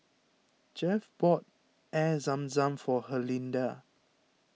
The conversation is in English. Jeff bought Air Zam Zam for Herlinda